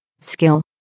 skill